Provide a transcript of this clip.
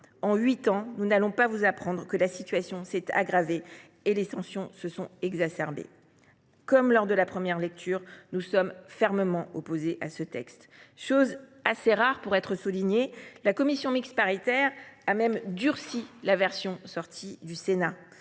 En huit ans, nous n’allons pas vous apprendre que la situation s’est aggravée et que les tensions se sont exacerbées… Comme en première lecture, nous sommes fermement opposés à ce texte. Chose assez rare pour être soulignée, la commission mixte paritaire a durci la version du Sénat,